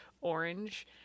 orange